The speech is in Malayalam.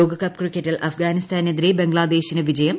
ലോകകപ്പ് ക്രിക്കറ്റിൽ അഫ്ഗാനിസ്ഥാനെതിരെ ബംഗ്ലാദേശിന് വിജയം